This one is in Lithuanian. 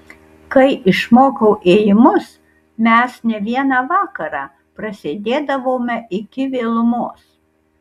kai išmokau ėjimus mes ne vieną vakarą prasėdėdavome iki vėlumos